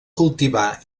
cultivar